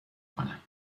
کنم